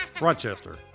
Rochester